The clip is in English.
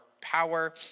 power